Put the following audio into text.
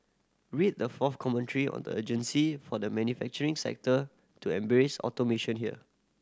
read the fourth commentary on the urgency for the manufacturing sector to embrace automation here